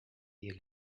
ihr